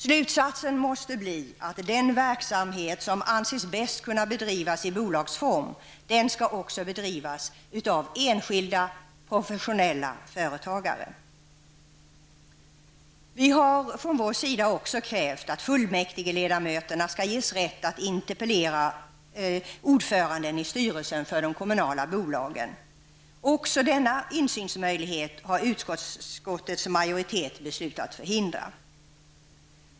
Slutsatsen måste bli att den verksamhet som anses bäst kunna bedrivas i bolagsform också skall bedrivas av enskilda professionella företagare. Vi har också krävt att fullmäktigeledamöterna skall ges rätt att interpellera ordföranden i styrelsen för de kommunala bolagen. Också denna insynsmöjlighet har utskottets majoritet beslutat förhindra.